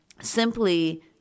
simply